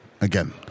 again